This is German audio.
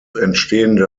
entstehende